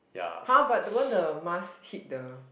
!huh! but won't the mask hit the